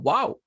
Wow